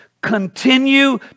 continue